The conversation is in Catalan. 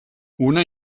una